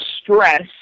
stress